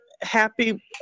happy